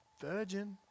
virgin